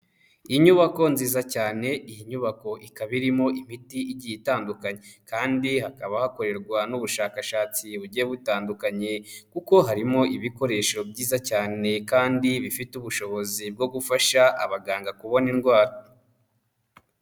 Inyubako nziza cyane, iyi nyubako ikaba irimo imiti igiye itandukanye kandi hakaba hakorerwa n'ubushakashatsi bugiye butandukanye kuko harimo ibikoresho byiza cyane kandi bifite ubushobozi bwo gufasha abaganga kubona indwara.